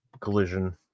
Collision